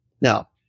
Now